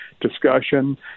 discussion